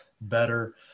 better